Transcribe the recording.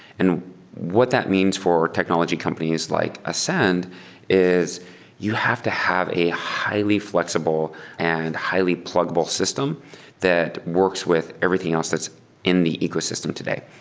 and what that means for technology companies like ascend is you have to have a highly flexible and highly pluggable system that works with everything else that's in the ecosystem today.